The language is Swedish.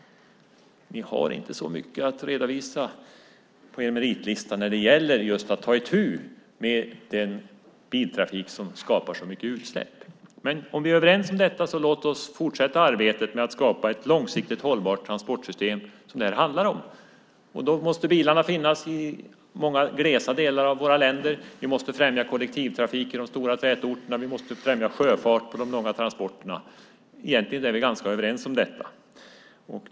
Ni har inte så mycket att redovisa på er meritlista när det gäller just att ta itu med den biltrafik som skapar så mycket utsläpp. Om vi är överens om detta, låt oss fortsätta arbetet med att skapa ett långsiktigt hållbart transportsystem som det här handlar om. Då måste bilarna finnas i många glesa delar av våra länder. Vi måste främja kollektivtrafik i de stora tätorterna, och vi måste främja sjöfart för de långa transporterna. Egentligen är vi ganska överens om detta.